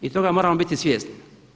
I toga moramo biti svjesni.